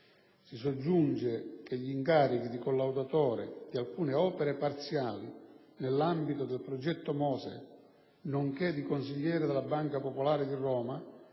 Si soggiunge che gli incarichi di collaudatore di alcune opere parziali nell'ambito del progetto MOSE, nonché di consigliere della Banca popolare di Roma